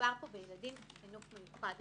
מדובר פה בילדים בחינוך מיוחד.